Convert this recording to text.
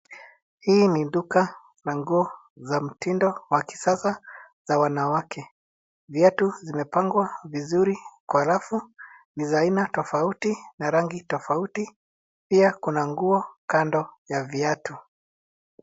Hii ni duka la nguo za mtindo wa kisasa za wanawake . Viatu zimepangwa vizuri kwa rafu. Ni za aina tofauti na rangi tofauti. Pia kuna nguo kando ya viatu.